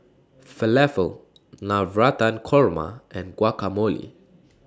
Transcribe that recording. Falafel Navratan Korma and Guacamole